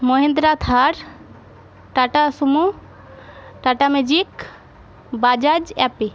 Mahindra Thar Tata Sumo Tata Magic Bajaj